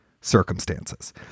circumstances